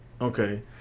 Okay